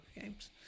games